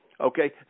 okay